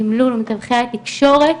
תימלול ומתווכי התקשורת,